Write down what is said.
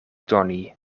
doni